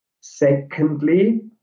Secondly